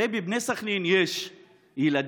הרי בבני סח'נין יש ילדים,